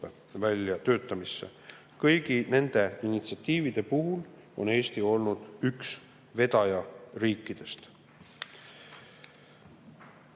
väljatöötamisse. Kõigi nende initsiatiivide puhul on Eesti olnud üks vedajariikidest.